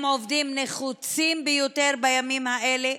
הם עובדים נחוצים ביותר בימים האלה.